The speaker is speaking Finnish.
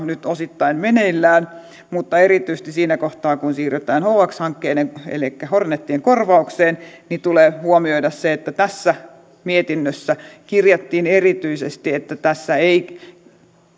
nyt osittain meneillään mutta erityisesti siinä kohtaa kun siirrytään hx hankkeiden elikkä hornetien korvaukseen tulee huomioida se että tässä mietinnössä kirjattiin erityisesti että tässä ei